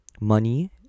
money